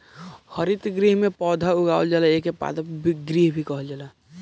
हरितगृह में पौधा उगावल जाला एके पादप गृह भी कहल जाला